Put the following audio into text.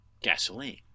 Gasoline